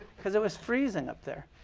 because it was freezing up there.